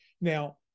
Now